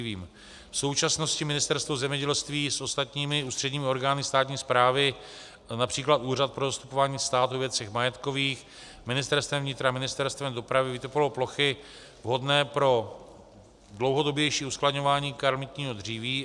V současnosti Ministerstvo zemědělství s ostatními ústředními orgány státní správy, například Úřadem pro zastupování státu ve věcech majetkových, Ministerstvem vnitra a Ministerstvem dopravy, vytipovalo plochy vhodné pro dlouhodobější uskladňování kalamitního dříví.